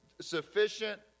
sufficient